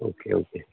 okay okay